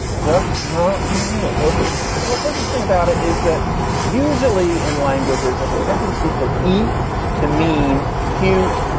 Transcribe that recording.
just not listen. and what's interesting about it is that usually in languages there's a tendency for e to mean cute,